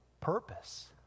purpose